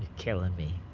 killing me.